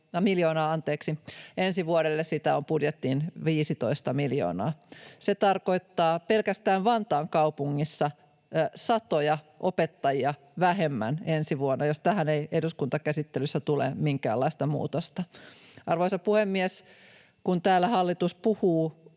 miljoonaa, ensi vuodelle sitä on budjettiin 15 miljoonaa. Se tarkoittaa pelkästään Vantaan kaupungissa satoja opettajia vähemmän ensi vuonna, jos tähän ei eduskuntakäsittelyssä tule minkäänlaista muutosta. Arvoisa puhemies! Kun täällä hallitus puhuu